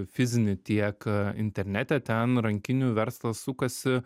fizinį tiek internete ten rankinių verslas sukasi